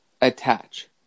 attach